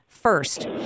first